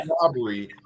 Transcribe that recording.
robbery